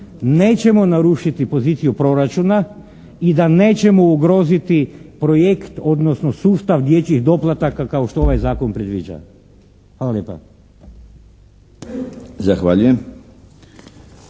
nećemo narušiti poziciju proračuna i da nećemo ugroziti projekt odnosno sustav dječjih doplataka kao što ovaj zakon predviđa. Hvala lijepa. **Milinović,